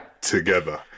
together